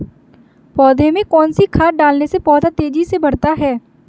पौधे में कौन सी खाद डालने से पौधा तेजी से बढ़ता है?